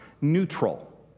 neutral